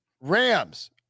Rams